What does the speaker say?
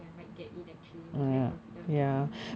I might get in actually I was very confident of getting in